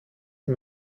die